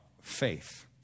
faith